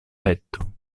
petto